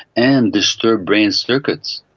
and disturbed brain circuits,